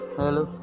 hello